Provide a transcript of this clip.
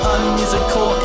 unmusical